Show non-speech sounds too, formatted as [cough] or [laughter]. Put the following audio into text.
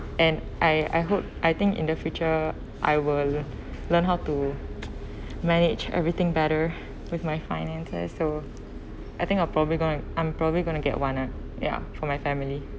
and I I hope I think in the future I will learn how to [noise] manage everything better [breath] with my finances so I think I'll probably going I'm probably going to get one lah ya for my family